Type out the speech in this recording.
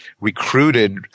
recruited